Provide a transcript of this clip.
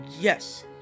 Yes